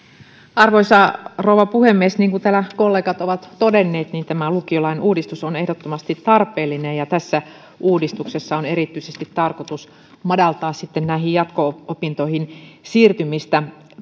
arvoisa rouva puhemies niin kuin täällä kollegat ovat todenneet tämä lukiolain uudistus on ehdottomasti tarpeellinen ja tässä uudistuksessa on erityisesti tarkoitus madaltaa sitten näihin jatko opintoihin siirtymistä